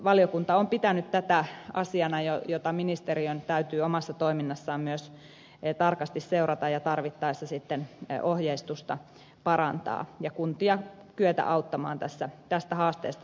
valiokunta on pitänyt tätä asiana jota ministeriön täytyy omassa toiminnassaan myös tarkasti seurata ja tarvittaessa ministeriön täytyy sitten ohjeistusta parantaa ja kuntia kyetä auttamaan tästä haasteesta selviytymisessä